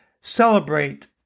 celebrate